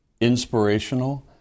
inspirational